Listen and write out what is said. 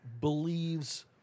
believes